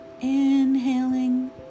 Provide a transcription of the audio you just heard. Inhaling